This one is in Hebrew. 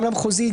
גם למחוזי,